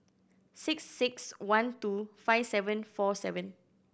six six one two five seven four seven